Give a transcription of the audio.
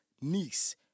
niece